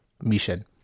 mission